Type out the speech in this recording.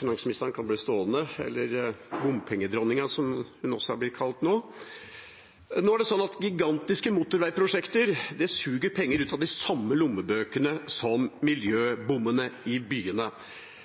Finansministeren kan bli stående – eller bompengedronninga, som hun også har blitt kalt nå. Det er sånn at gigantiske motorveiprosjekter suger penger ut av de samme lommebøkene som miljøbommene i byene.